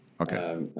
Okay